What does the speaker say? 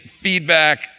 feedback